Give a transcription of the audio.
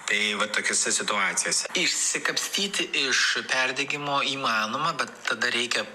tai va tokiose situacijose išsikapstyti iš perdegimo įmanoma bet tada reikia